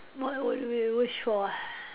what would we wish for ah